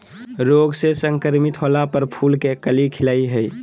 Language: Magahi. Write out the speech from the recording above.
रोग से संक्रमित होला पर फूल के कली खिलई हई